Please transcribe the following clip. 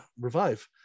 revive